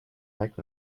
heck